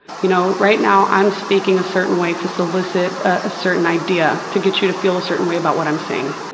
you know right now i'm speaking a certain way to solicit a certain idea to get you to feel a certain way about what i'm saying.